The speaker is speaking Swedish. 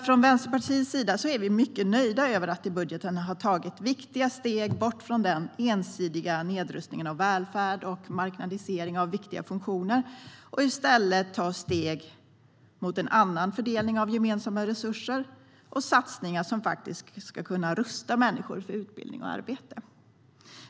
Från Vänsterpartiets sida är vi mycket nöjda över att i budgeten ha tagit viktiga steg bort från den ensidiga nedrustningen av välfärd och marknadisering av viktiga funktioner, för att i stället ta steg mot en annan fördelning av gemensamma resurser och satsningar som ska kunna rusta människor för utbildning och arbete.